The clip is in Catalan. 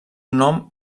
nom